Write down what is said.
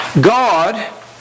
God